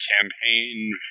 campaign